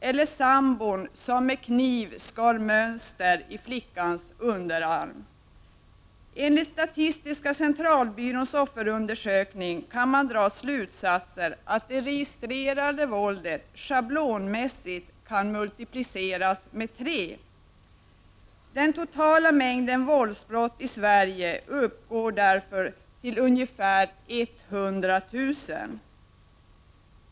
Eller sambon som med kniv skar mönster i flickans underarm. Enligt statistiska centralbyråns offerundersökning kan man dra slutsatsen att det registrerade våldet schablonmässigt kan multipliceras med 3. Den totala mängden våldsbrott i Sverige uppgår därför till ungefär 100 000.